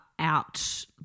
out